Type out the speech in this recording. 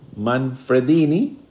Manfredini